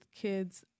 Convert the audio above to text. kids